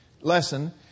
lesson